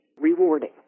rewarding